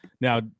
Now